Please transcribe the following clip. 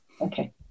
okay